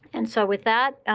and so with that,